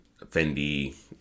Fendi